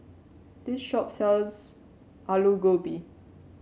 this shop sells Alu Gobi